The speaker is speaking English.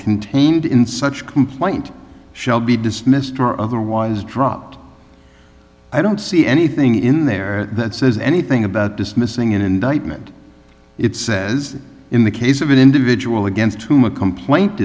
contained in such complaint shall be dismissed or other was dropped i don't see anything in there that says anything about dismissing an indictment it says in the case of an individual against whom a complaint